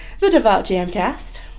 TheDevoutJamcast